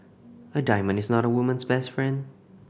a diamond is not a woman's best friend